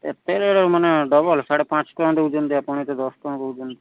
ଏତେ ରେଟ୍ ମାନେ ଡବଲ ସିଆଡ଼େ ପାଞ୍ଚ ଟଙ୍କା ଦେଉଛନ୍ତି ଆପଣ ଏଠି ଦଶଟଙ୍କା କହୁଛନ୍ତି